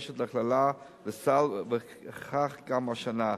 שמוגשות להכללה בסל, וכך גם השנה.